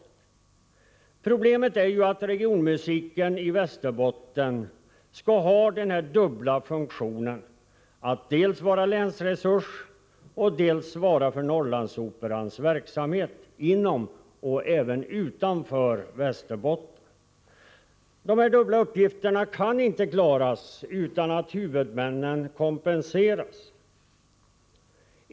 Svårigheten ligger ju däri att regionmusiken i Västerbotten skall ha den dubbla funktion som jag nämnt. Regionmusiken skall nämligen dels vara en länsresurs, dels svara för Norrlandsoperans verksamhet inom och utanför Västerbotten. Dessa båda uppgifter kan man inte klara om inte huvudmännen kompenseras.